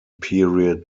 period